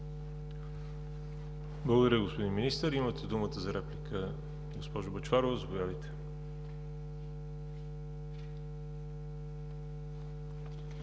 Благодаря, господин Министър. Имате думата за реплика, госпожо Бъчварова – заповядайте.